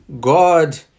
God